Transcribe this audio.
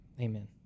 Amen